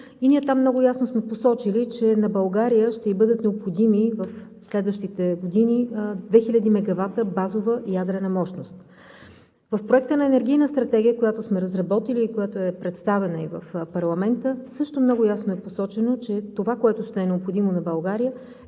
Там много ясно сме посочи, че на България ще ѝ бъдат необходими в следващите години – 2 хиляди мегавата базова ядрена мощност. В Проекта на енергийна стратегия, която сме разработили, и която е представена в парламента също, много ясно е посочено, че това, което ще е необходимо на България,